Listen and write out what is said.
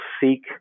seek